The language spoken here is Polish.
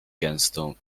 gęstą